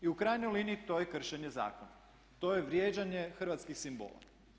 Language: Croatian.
I u krajnjoj liniji to je kršenje zakona, to je vrijeđanje hrvatskih simbola.